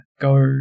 go